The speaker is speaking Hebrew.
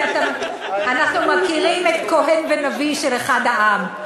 אנחנו מכירים את "כהן ונביא" של אחד העם,